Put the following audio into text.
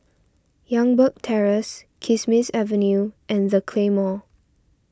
Youngberg Terrace Kismis Avenue and the Claymore